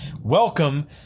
welcome